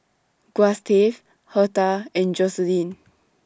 Gustave Hertha and Joseline